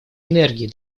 энергии